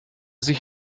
sich